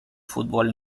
fútbol